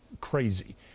crazy